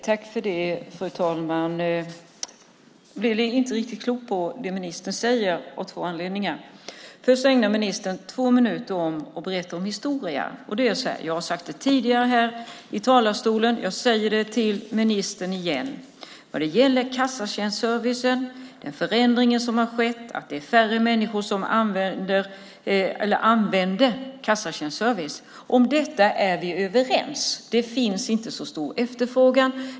Fru talman! Jag blir inte riktigt klok på det som ministern säger. Ministern ägnar två minuter åt det historiska. Jag har sagt det tidigare i talarstolen, och jag säger det till ministern igen: När det gäller kassatjänstservicen och den förändring som skett, att det är färre människor som använder kassatjänstservice, är vi överens. Det finns inte så stor efterfrågan.